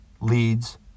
leads